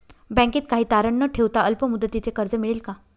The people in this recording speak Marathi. बँकेत काही तारण न ठेवता अल्प मुदतीचे कर्ज मिळेल का?